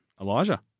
Elijah